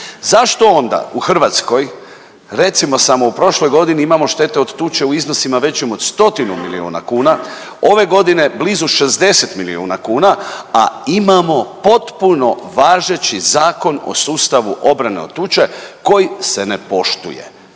Zašto onda u Hrvatskoj recimo samo u prošloj godini imamo štete od tuče u iznosima većim od 100 milijuna kuna, ove godine blizu 60 milijuna kuna, a imamo potpuno važeći Zakon o sustavu obrane od tuče koji se ne poštuje.